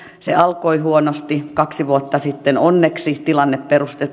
se alkoi huonosti kaksi vuotta sitten onneksi tilanne